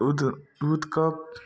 उद दूधके